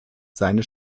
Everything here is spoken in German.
seine